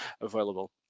available